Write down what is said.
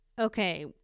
Okay